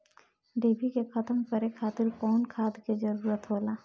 डिभी के खत्म करे खातीर कउन खाद के जरूरत होला?